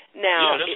Now